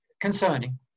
concerning